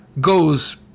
goes